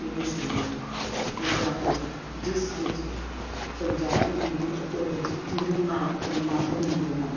English ਹੁੰਦੇ ਹਨ Punjab board ਜਿਸ ਵਿੱਚ ਪੰਜਾਬੀ ਹਿੰਦੀ ਅਤੇ ਅੰਗਰੇਜ਼ੀ ਤਿੰਨ ਮਾਧਿ ਮਾਧਿਅਮ ਹੁੰਦੇ ਹਨ